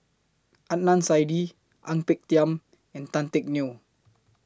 Adnan Saidi Ang Peng Tiam and Tan Teck Neo